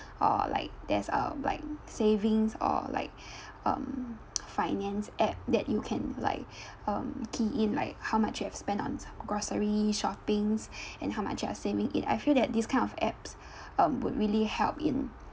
uh like there's uh like savings or like um finance app that you can like um key in like how much you have spent on some grocery shoppings and how much you are saving it I feel that this kind of apps um would really help in